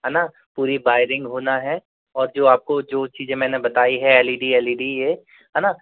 है ना पूरी बायरिंग होना है और जो आपको जो चीज़ें मैंने बताई हैं L E D L E D ये है ना